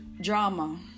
drama